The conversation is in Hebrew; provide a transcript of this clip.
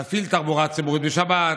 להפעיל תחבורה ציבורית בשבת,